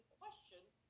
questions